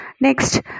next